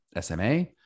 SMA